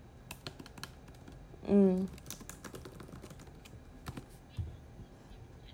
mm